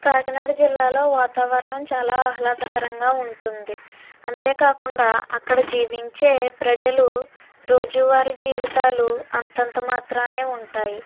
కాకినాడ జిల్లాలో వాతావరణం చాలా ఆహ్లాదకరంగా ఉంటుంది అంతేకాకుండా అక్కడ జీవించే ప్రజలు రోజువారి జీవితాలు అంతంత మాత్రానే ఉంటాయి